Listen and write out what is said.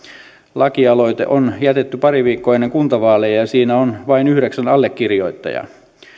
lakialoite on jätetty pari viikkoa ennen kuntavaaleja ja siinä on vain yhdeksän allekirjoittajaa